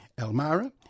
Elmira